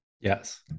Yes